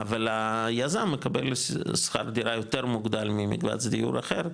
אבל היזם מקבל שכר דירה יותר מוגדל ממקבץ דיור אחר,